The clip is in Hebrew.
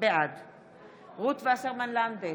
בעד רות וסרמן לנדה,